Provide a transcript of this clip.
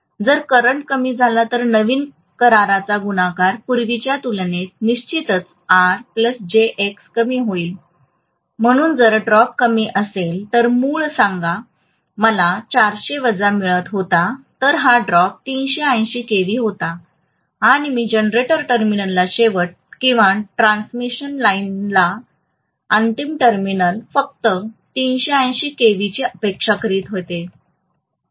जर करंट कमी झाला तर नवीन कराराचा गुणाकार पूर्वीच्या तुलनेत निश्चितच कमी होईल म्हणून जर ड्रॉप कमी असेल तर मूळ सांगा मला 400 वजा मिळत होता हा ड्रॉप 380 केव्ही होता आणि मी जनरेटर टर्मिनलचा शेवट किंवा ट्रान्समिशन लाइनचा अंतिम टर्मिनल फक्त 380 केव्हीची अपेक्षा करत होतो